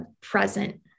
present